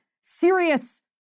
serious